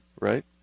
Right